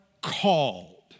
called